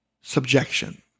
subjection